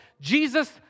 Jesus